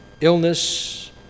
illness